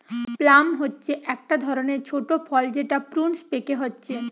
plum হচ্ছে একটা ধরণের ছোট ফল যেটা প্রুনস পেকে হচ্ছে